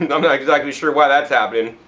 and i'm not exactly sure why that's happening.